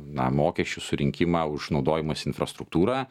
na mokesčių surinkimą už naudojimąsi infrastruktūra